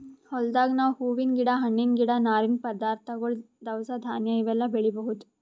ಹೊಲ್ದಾಗ್ ನಾವ್ ಹೂವಿನ್ ಗಿಡ ಹಣ್ಣಿನ್ ಗಿಡ ನಾರಿನ್ ಪದಾರ್ಥಗೊಳ್ ದವಸ ಧಾನ್ಯ ಇವೆಲ್ಲಾ ಬೆಳಿಬಹುದ್